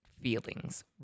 feelings